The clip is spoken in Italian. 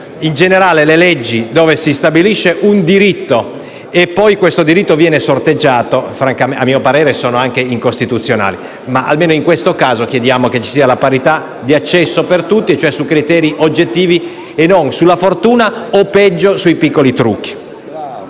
di arbitrio. Le leggi con cui si stabilisce un diritto che poi viene sorteggiato, a mio parere, sono incostituzionali. Almeno in questo caso chiediamo che ci sia la parità di accesso per tutti basata su criteri oggettivi e non sulla fortuna o, peggio, sui piccoli trucchi.